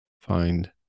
find